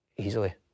easily